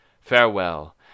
Farewell